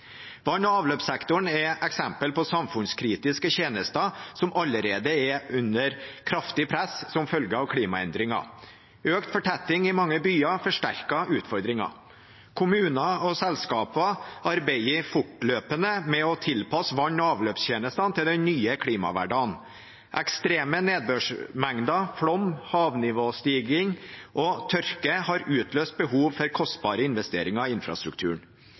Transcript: Vann- og avløpssektoren er et eksempel på samfunnskritiske tjenester som allerede er under kraftig press som følge av klimaendringer. Økt fortetting i mange byer forsterker utfordringen. Kommuner og selskaper arbeider fortløpende med å tilpasse vann- og avløpstjenestene til den nye klimahverdagen. Ekstreme nedbørsmengder, flom, havnivåstigning og tørke har utløst behov for kostbare investeringer i infrastrukturen.